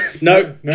no